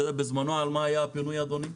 אתה יודע על מה זה היה בזמנו אדוני?